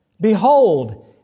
Behold